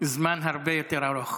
זמן הרבה יותר ארוך.